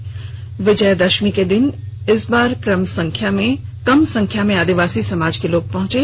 गोड्डा में विजयादशमी के दिन इस बार कम संख्या में आदिवासी समाज के लोग पहुंचे